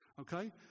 okay